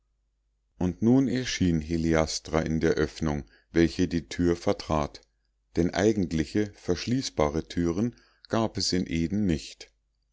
und nun erschien heliastra in der öffnung welche die tür vertrat denn eigentliche verschließbare türen gab es in eden nicht